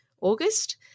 August